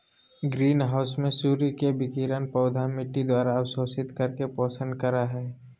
green house में सूर्य के विकिरण पौधा मिट्टी द्वारा अवशोषित करके पोषण करई हई